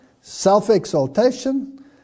self-exaltation